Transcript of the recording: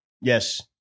Yes